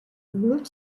root